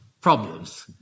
problems